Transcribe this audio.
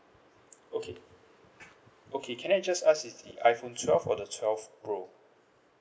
okay okay can I just ask is the iphone twelve or the twelve pro